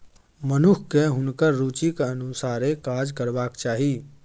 मनुखकेँ हुनकर रुचिक अनुसारे काज करबाक चाही